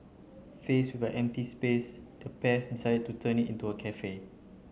faced with an empty space the pairs decided to turn it into a cafe